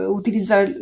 utilizzare